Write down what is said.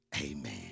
amen